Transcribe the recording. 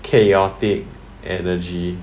chaotic energy